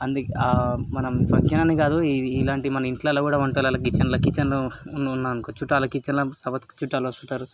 అందుకే ఆ మనం ఫంక్షన్ అని కాదు ఇవి ఇలాంటివి మన ఇంట్లలో కూడా వంటలలో కిచెన్ల కిచెన్లో ఉన్ ఉన్నాం అనుకో చుట్టాలకి కిచెన్లో సవత్ చుట్టాలు వస్తుంటారు